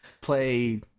play